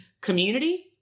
Community